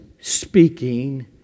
speaking